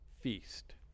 feast